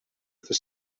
for